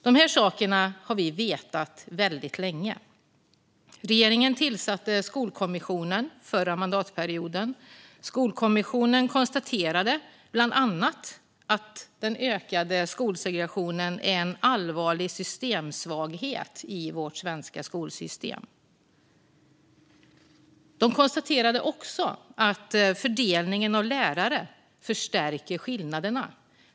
Dessa saker har vi vetat länge. Regeringen tillsatte Skolkommissionen under den förra mandatperioden. Skolkommissionen konstaterade bland annat att den ökade skolsegregationen är en allvarlig systemsvaghet i vårt svenska skolsystem. De konstaterade också att fördelningen av lärare förstärker skillnaderna.